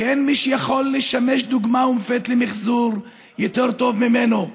כי אין מי שיכול לשמש דוגמה ומופת למחזור יותר טוב ממנו.